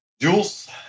Jules